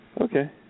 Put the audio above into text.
Okay